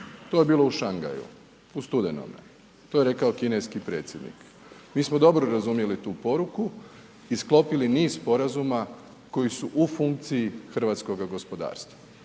To je bilo u Šangaju u studenom, to je rekao kineski predsjednik, mi smo dobro razumjeli tu poruku i sklopili niz sporazuma koji su u funkciji hrvatskoga gospodarstva.